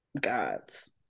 gods